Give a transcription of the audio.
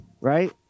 right